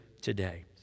today